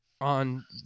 on